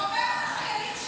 --- אתה תקרא רוצחים לחיילים שלי,